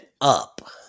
up